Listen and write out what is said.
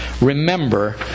Remember